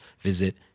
visit